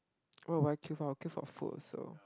what would I queue for I would queue for food also